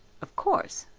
of course,